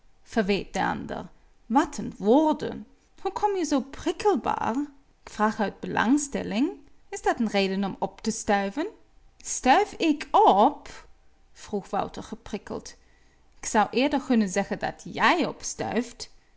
wat n woorden hoe kom je zoo prikkelbaar k vraag uit belangstelling is dat n reden om op te stuiven stuif ik op vroeg wouter geprikkeld k zou eerder kunnen zeg dat jij opstuift